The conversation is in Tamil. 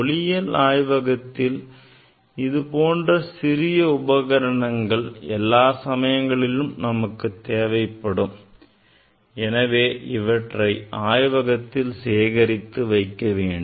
ஒளியியல் ஆய்வகத்தில் இது போன்ற சிறிய உபகரணங்கள் எல்லா சமயங்களிலும் நமக்குத் தேவைப்படும் எனவே இவற்றை நாம் ஆய்வகத்தில் சேகரித்து வைக்க வேண்டும்